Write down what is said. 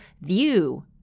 view